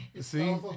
See